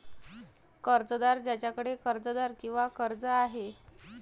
कर्जदार ज्याच्याकडे कर्जदार किंवा कर्ज आहे